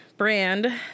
brand